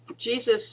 Jesus